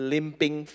Limping